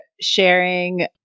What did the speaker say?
sharing